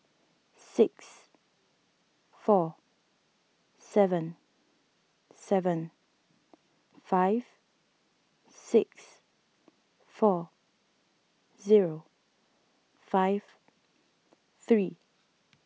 six four seven seven five six four zero five three